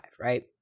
right